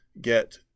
get